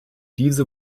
diese